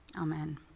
Amen